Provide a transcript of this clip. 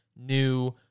new